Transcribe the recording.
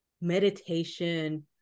meditation